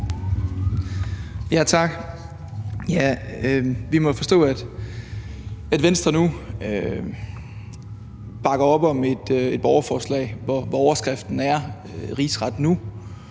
(S): Tak. Vi må jo forstå, at Venstre nu på den ene side bakker op om et borgerforslag, hvor overskriften er rigsret nu,